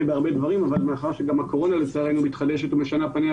בהרבה דברים אבל מאחר שגם הקורונה לצערנו מתחדשת ומשנה פניה,